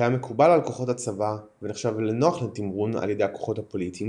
שהיה מקובל על כוחות הצבא ונחשב נוח לתמרון על ידי הכוחות הפוליטיים,